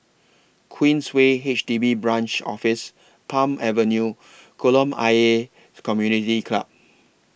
Queensway H D B Branch Office Palm Avenue and Kolam Ayer Community Club